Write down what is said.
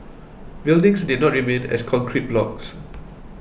buildings need not remain as concrete blocks